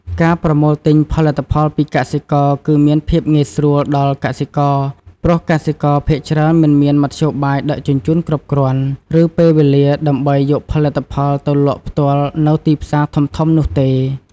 ការប្រមូលទិញផលិតផលពីកសិករ គឺមានភាពងាយស្រួលដល់កសិករព្រោះកសិករភាគច្រើនមិនមានមធ្យោបាយដឹកជញ្ជូនគ្រប់គ្រាន់ ឬពេលវេលាដើម្បីយកផលិតផលទៅលក់ផ្ទាល់នៅទីផ្សារធំៗនោះទេ។